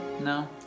No